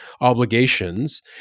obligations